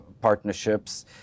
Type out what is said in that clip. partnerships